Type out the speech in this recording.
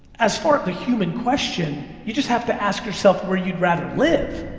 as for the human question, you just have to ask yourself where you'd rather live.